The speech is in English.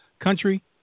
country